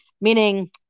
Meaning